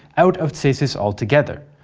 out of cesis altogether.